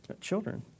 children